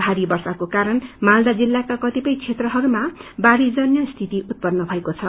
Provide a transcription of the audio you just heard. भारी वर्षाको कारण मालदा जिल्लका क्रतिपय क्षेत्रहरूमा बाढ़ी जस्तो स्थिति उतपन्न भएको छ